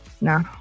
No